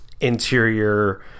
interior